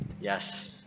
Yes